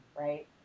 right